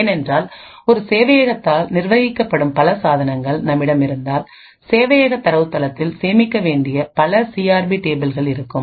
ஏனென்றால் ஒரு சேவையகத்தால் நிர்வகிக்கப்படும் பல சாதனங்கள் நம்மிடம் இருந்தால் சேவையக தரவுத்தளத்தில் சேமிக்க வேண்டிய பல சிஆர்பி டேபிள்கள் இருக்கும்